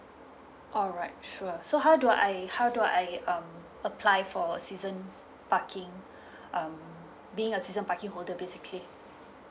alright sure so how do I how do I um apply for season parking um being a season party holder basically